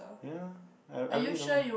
yeah I I really don't mind